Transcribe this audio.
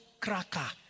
cracker